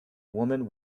woman